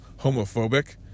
homophobic